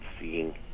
seeing